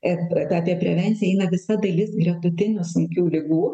ir apie prevenciją įeina visa dalis gretutinių sunkių ligų